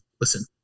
listen